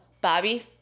Bobby